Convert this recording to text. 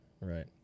right